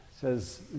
says